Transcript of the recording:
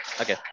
okay